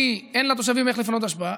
כי אין לתושבים איך לפנות אשפה,